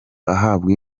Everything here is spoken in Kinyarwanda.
ahabwa